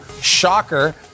Shocker